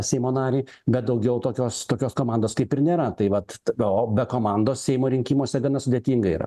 seimo narį bet daugiau tokios tokios komandos kaip ir nėra tai vat o be komandos seimo rinkimuose gana sudėtinga yra